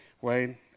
Wayne